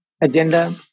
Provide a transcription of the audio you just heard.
agenda